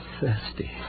thirsty